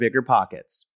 biggerpockets